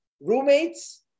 Roommates